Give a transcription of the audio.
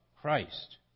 Christ